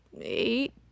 eight